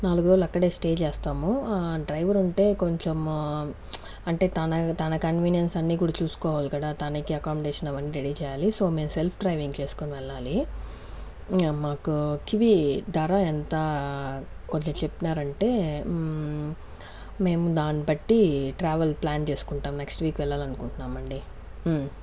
నాలుగు రోజులు అక్కడే స్టే చేస్తాము డ్రైవర్ ఉంటే కొంచెం అంటే తన తన కన్వీనియన్స్ అన్నీ కూడా చూసుకోవాలి కదా తనకి అకామడేషన్ అవన్నీ రడీ చేయాలి సో మేము సెల్ఫ్ డ్రైవింగ్ చేసుకొని వెళ్ళాలి మాకు కివి డ్రైవింగ్ ధర ఎంత కొంచెం చెప్పినారు అంటే మేము దాన్ని బట్టి ట్రావెల్ ప్లాన్ చేసుకుంటాం నెక్స్ట్ వీక్ వెళ్లాలనుకుంటున్నాను అండి